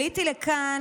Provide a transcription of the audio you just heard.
עליתי לכאן,